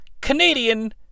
Canadian